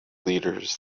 leaders